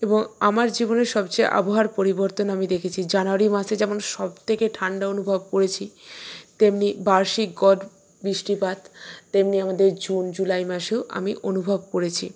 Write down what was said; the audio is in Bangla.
এবং আমার জীবনের সবচেয়ে আবহাওয়ার পরিবর্তন আমি দেখেছি জানুয়ারি মাসে যেমন সবথেকে ঠান্ডা অনুভব করেছি তেমনি বার্ষিক গড় বৃষ্টিপাত তেমনি আমাদের জুন জুলাই মাসেও আমি অনুভব করেছি